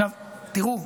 תראו,